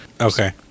Okay